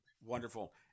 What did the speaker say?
Wonderful